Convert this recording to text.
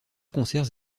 concerts